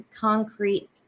concrete